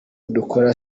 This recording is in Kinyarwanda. dukora